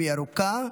היא ארוכה.